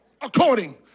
according